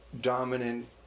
dominant